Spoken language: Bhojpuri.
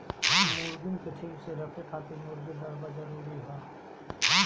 मुर्गीन के ठीक से रखे खातिर मुर्गी दरबा जरूरी हअ